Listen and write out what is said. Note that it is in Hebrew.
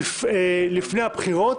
לפני הבחירות